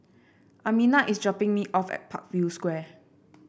Amina is dropping me off at Parkview Square